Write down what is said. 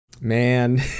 Man